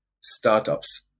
startups